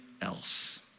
else